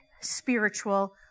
spiritual